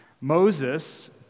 Moses